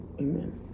Amen